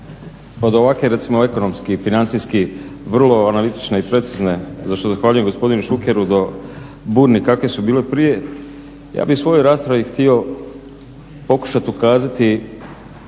kod ovakve recimo ekonomske i financijske vrlo analitične i precizne za što zahvaljujem gospodinu Šukeru do burnih kakvih su bile prije ja bih u svojoj raspravi htio pokušati ukazati